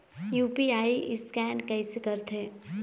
UPI scan कइसे करथे?